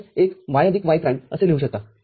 तरएक y आदिक y prime असे लिहू शकता